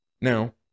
Now